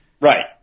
Right